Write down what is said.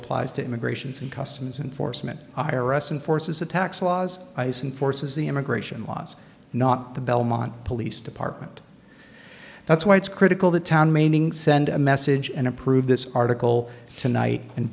applies to immigrations and customs enforcement i r s and forces the tax laws and forces the immigration laws not the belmont police department that's why it's critical that town maining send a message and approve this article tonight and